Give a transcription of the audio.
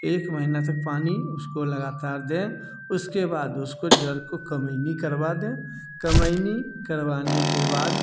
एक महीना तक पानी उसको लगातार दें उसके बाद उसको जड़ को कमयनी करवा दें कमयनी करवाने के बाद